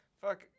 fuck